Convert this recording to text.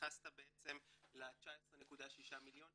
התייחסת ל-19.6 מיליון,